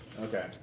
Okay